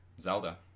Zelda